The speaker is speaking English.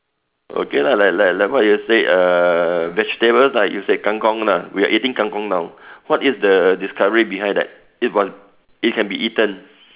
okay lah like like like what you say err vegetable lah you say kang-kong lah we are eating kang-kong now what is the discovery behind that it was it can be eaten